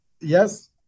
Yes